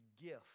gift